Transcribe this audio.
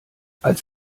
als